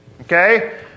Okay